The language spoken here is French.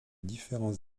différents